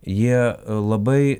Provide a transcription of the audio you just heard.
jie labai